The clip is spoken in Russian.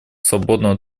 свободного